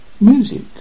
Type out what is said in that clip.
music